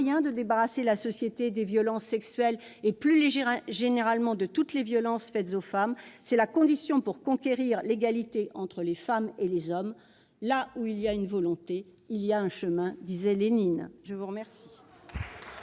de débarrasser la société des violences sexuelles et, plus largement, de toutes les violences faites aux femmes. C'est la condition à remplir pour conquérir l'égalité entre les femmes et les hommes. « Là où il y a une volonté, il y a un chemin », disait Lénine ! La parole